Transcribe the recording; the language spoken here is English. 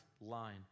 line